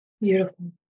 Beautiful